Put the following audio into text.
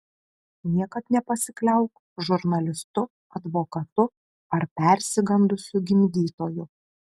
niekad nepasikliauk žurnalistu advokatu ar persigandusiu gimdytoju